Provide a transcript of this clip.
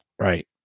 Right